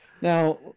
Now